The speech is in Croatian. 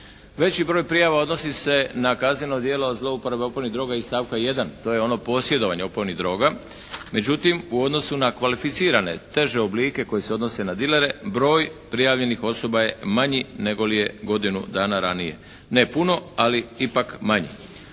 Veći broj prijava odnosi se na kazneno djelo zlouporabe opojnih droga iz stavka 1. To je ono posjedovanje opojnih droga. Međutim, u odnosu na kvalificirane teže oblike koji se odnose na dilere broj prijavljenih osoba je manji nego li je godinu dana ranije. Ne puno ali ipak manje.